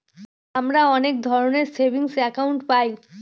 আমরা অনেক ধরনের সেভিংস একাউন্ট পায়